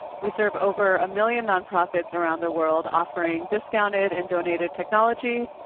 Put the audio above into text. we serve over a million nonprofits around the world offering discounted and donated technology.